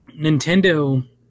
Nintendo